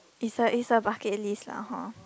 is a is a bucket list lah hor